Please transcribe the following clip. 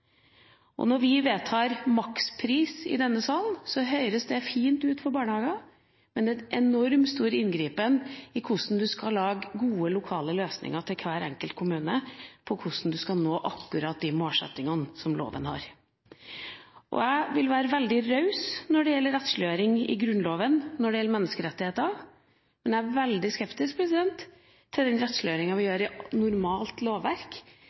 det. Når vi vedtar makspris i denne sal, høres det fint ut for barnehager, men det er en enormt stor inngripen i hvordan en skal lage gode lokale løsninger for hver enkelt kommune på hvordan en skal nå akkurat de målsettingene som loven har. Jeg vil være veldig raus når det gjelder rettsliggjøring i Grunnloven knyttet til menneskerettigheter, men jeg er veldig skeptisk til rettsliggjøringa i normalt lovverk